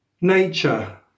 nature